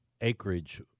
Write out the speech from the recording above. acreage